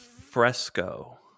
fresco